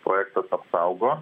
projektas apsaugo